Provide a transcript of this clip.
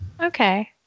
Okay